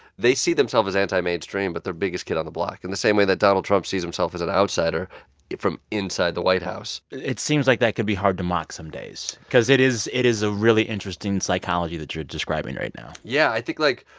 they see themselves as anti-mainstream, but they're biggest kid on the block in the same way that donald trump sees himself as an outsider from inside inside the white house it seems like that could be hard to mock some days because it is it is a really interesting psychology that you're describing right now yeah. i think, like,